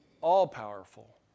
all-powerful